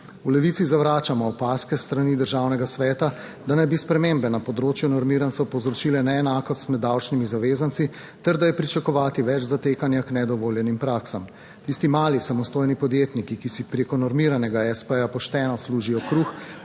V Levici zavračamo opazke s strani Državnega sveta, da naj bi spremembe na področju normirancev povzročile neenakost med davčnimi zavezanci ter da je pričakovati več zatekanja k nedovoljenim praksam. Tisti mali samostojni podjetniki, ki si preko normiranega espe ja pošteno služijo kruh